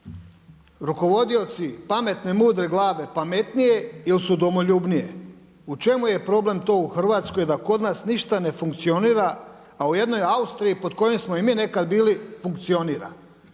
rukovodioci pametne mudre glave pametnije ili su domoljubnije? U čemu je problem to u Hrvatskoj da kod nas ništa ne funkcionira, a u jednoj Austriji pod kojom smo i nekad bili funkcionira?